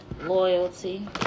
loyalty